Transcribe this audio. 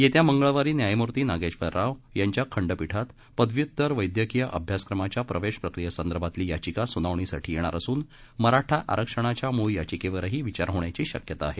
येत्या मंगळवारी न्यायमूर्ती नागेश्वर राव यांच्या खंडपिठात पदव्युत्तर वैद्यकीय अभ्यासक्रमाच्या प्रवेश प्रक्रियेसंदर्भातील याचिका सुनावणीसाठी येणार असून मराठा आरक्षणाच्या मूळ याचिकेवरही विचार होण्याची शक्यता आहे